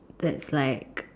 that's like